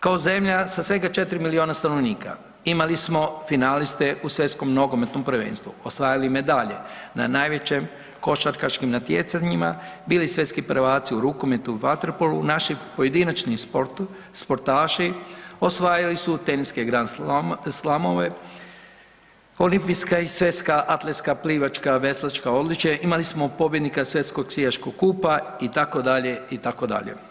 Kao zemlja sa svega 4 miliona stanovnika imali smo finaliste u svjetskom nogometnom prvenstvu ostvarili medalje, na najvećim košarkaškim natjecanjima bili svjetski prvaci u rukometu i vaterpolu, naši pojedinačni sportaši osvajali su teniske Grand Slam-ove, olimpijska i svjetska atletska, plivačka, veslačka odličja, imali smo pobjednika svjetskog skijaškog kupa itd., itd.